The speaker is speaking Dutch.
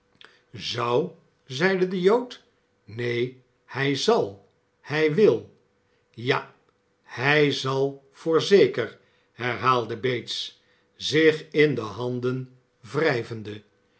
zou zeide de jood neen hij zal hij wil ja hij zal voorzeker herhaalde bates zich in de handen wrijvende